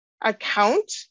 account